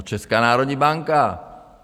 Česká národní banka!